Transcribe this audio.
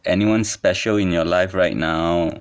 anyone special in your life right now